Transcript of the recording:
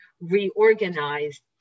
reorganized